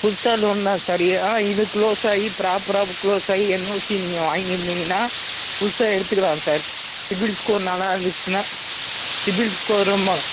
புதுசாக லோன் தான் சார் எ ஆ இது க்ளோஸ் ஆகி ப்ராப்பராக புக் க்ளோஸ் ஆகி என்ஓசி நீங்கள் வாங்கியிருந்தீங்கன்னா புதுசாக எடுத்துக்கலாம் சார் சிபில் ஸ்கோர் நல்லா இருந்துச்சுன்னால் சிபில் ஸ்கோரும் ம